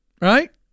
Right